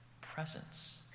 presence